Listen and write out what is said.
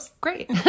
great